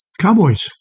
cowboys